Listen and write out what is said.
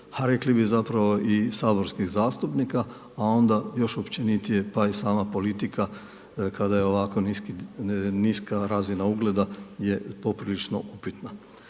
a rekli bi zapravo i saborskih zastupnika a onda još općenitije pa i sama politika kada je ovako niska razina ugleda je poprilično upitna.